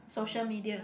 social media